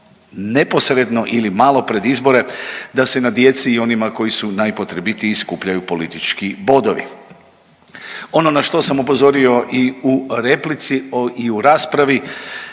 neposredno ili malo pred izbore da se na djeci i onima koji su najpotrebitiji skupljaju politički bodovi. Ono na što sam upozorio i u replici i u raspravi